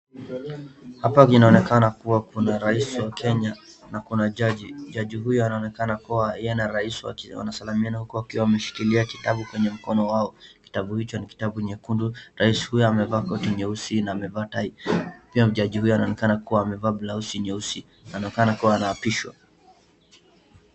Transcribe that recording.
Hapa inaonekana kuwa kuna rais wa Kenya na kuna jaji. Jaji huyu anaonekana kuwa yeye na rais wanasalimiana huku wakiwa wameshikilia kitabu kwenye mkono wao. Kitabu hicho ni kitabu nyekundu. Rais huyu amevaa koti nyeusi na amevaa tai. Pia jaji huyo anaonekana kuwa amevaa blausi nyeusi na inaonekana kuwa anaapishwa.